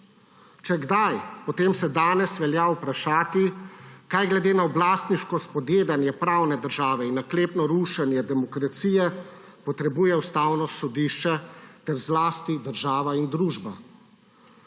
Če kdaj, potem se danes velja vprašati, kaj glede na oblastniško spodjedanje pravne države in naklepno rušenje demokracije potrebuje Ustavno sodišče ter zlasti država in družba.